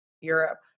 Europe